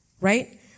right